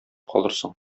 калырсың